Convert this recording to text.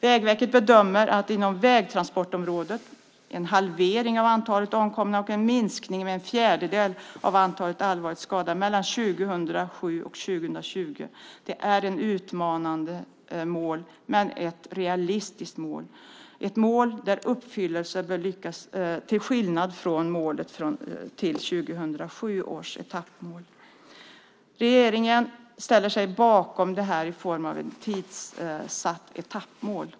Vägverket bedömer att en halvering av antalet omkomna och en minskning med en fjärdedel av antalet allvarligt skadade inom vägtransportområdet mellan 2007 och 2020 är ett utmanande men realistiskt mål. Det är ett mål man bör lyckas uppnå till skillnad från 2007 års etappmål. Regeringen ställer sig bakom det i form av ett tidsbestämt etappmål.